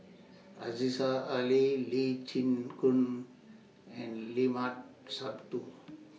Aziza Ali Lee Chin Koon and Limat Sabtu